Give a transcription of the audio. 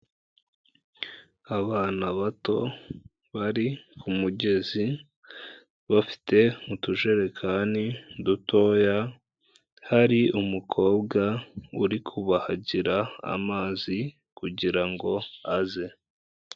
Abana bato bari ku mugezi, bafite utujerekani dutoya, hari umukobwa uri kubahagira amazi, kugira ngo aze.